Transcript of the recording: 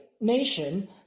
nation